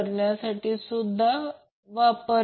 64° milliampere